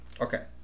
Okay